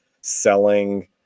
selling